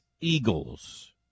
eagles